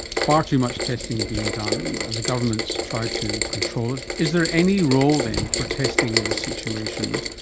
far too much testing being done. the government is trying to control it. is there any role then for testing in this situation?